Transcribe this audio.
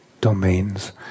domains